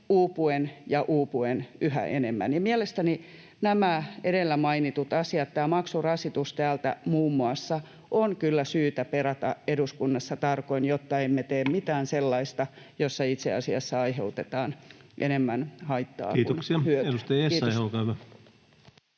uupuen ja uupuen yhä enemmän. Mielestäni nämä edellä mainitut asiat, maksurasitus muun muassa, on kyllä syytä perata eduskunnassa tarkoin, jotta emme tee mitään sellaista, jossa itse asiassa aiheutetaan enemmän haittaa kuin hyötyä.